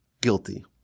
guilty